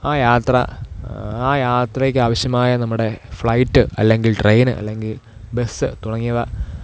ആ യാത്ര ആ യാത്രയ്ക്ക് ആവശ്യമായ നമ്മുടെ ഫ്ലൈറ്റ് അല്ലെങ്കിൽ ട്രെയിൻ അല്ലെങ്കില് ബസ് തുടങ്ങിയവ